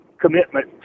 commitment